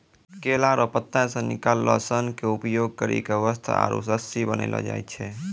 केला रो पत्ता से निकालो सन के उपयोग करी के वस्त्र आरु रस्सी बनैलो जाय छै